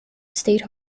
state